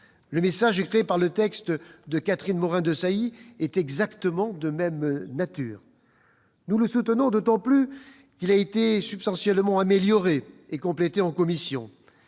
Le message adressé par le texte de Catherine Morin-Desailly est exactement de même nature. Nous le soutenons d'autant plus qu'il a été substantiellement amélioré et complété en commission.